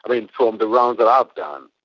i mean from the rounds that i've done